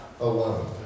alone